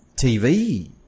TV